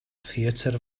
theatr